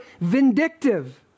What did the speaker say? vindictive